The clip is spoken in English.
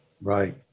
Right